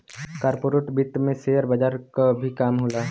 corporate वित्त में share बजार क भी काम होला